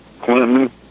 Clinton